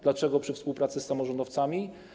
Dlaczego we współpracy z samorządowcami?